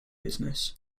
business